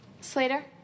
Slater